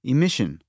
Emission